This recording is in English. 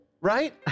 right